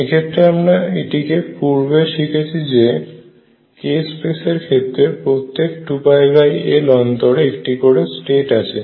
এক্ষেত্রে আমরা এটিকে পূর্বে শিখেছি যে k স্পেস এর ক্ষেত্রে প্রত্যেক 2πL অন্তরে একটি করে স্টেট আছে